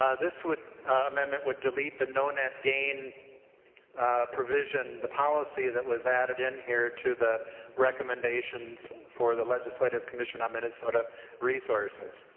ah this would amendment would delete the no net gain provision the policy that was added in here to the recommendation for the legislative commission on minnesota resources.